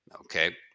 Okay